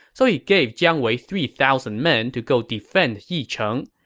so he gave jiang wei three thousand men to go defend yicheng.